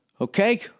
Okay